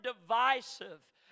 divisive